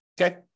Okay